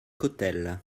cottel